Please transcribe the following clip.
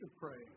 praying